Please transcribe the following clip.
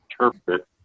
interpret